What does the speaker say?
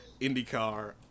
IndyCar